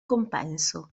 compenso